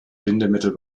bindemittel